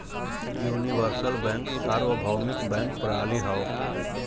universal bank सार्वभौमिक bank प्रणाली हौ